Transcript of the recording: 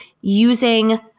using